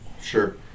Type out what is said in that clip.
sure